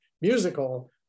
musical